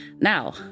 Now